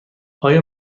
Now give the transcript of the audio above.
آیا